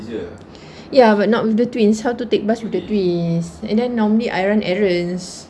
ya but not with the twins how to take bus with the twins and then normally I run errands